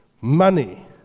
money